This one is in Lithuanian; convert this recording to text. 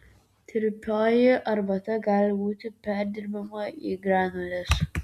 tirpioji arbata gali būti perdirbama į granules